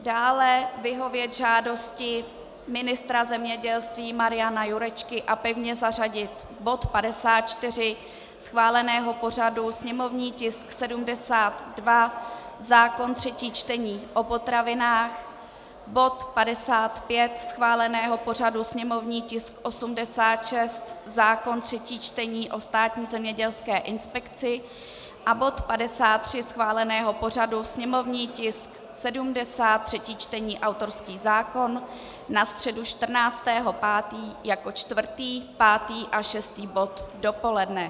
Dále vyhovět žádosti ministra zemědělství Mariana Jurečky a pevně zařadit bod 54 schváleného pořadu, sněmovní tisk 72, zákon, třetí čtení, o potravinách; bod 55 schváleného pořadu, sněmovní tisk 86, zákon třetí čtení, zákon o Státní zemědělské inspekci, a bod 53 schváleného pořadu, sněmovní tisk 70, třetí čtení, autorský zákon, na středu 14. 5. jako čtvrtý, pátý a šestý bod dopoledne.